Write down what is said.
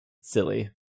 silly